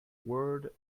word